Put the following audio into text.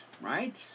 right